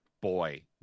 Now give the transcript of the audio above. boy